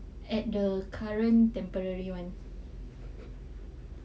at the current temporary [one]